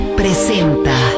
presenta